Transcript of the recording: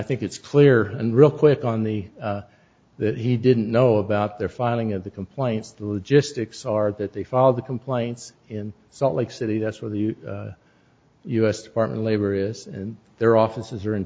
think it's clear and real quick on the that he didn't know about their filing of the complaints the logistics are that they follow the complaints in salt lake city that's where the u s department labor is and their offices are in